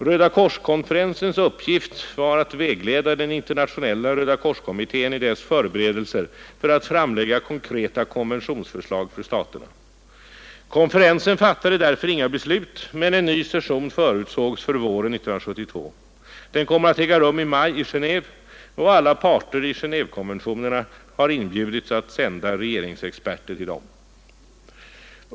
Rödakorskonferensens uppgift var att vägleda Internationella rödakorskommittén i dess förberedelser för att framlägga konkreta konventionsförslag för staterna. Konferensen fattade därför inga beslut, men en ny session förutsågs för våren 1972. Den kommer att äga rum i maj i Genéve och alla parter i Genévekonventionerna har inbjudits att sända regeringsexperter till den.